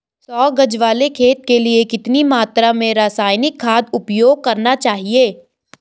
सौ गज वाले खेत के लिए कितनी मात्रा में रासायनिक खाद उपयोग करना चाहिए?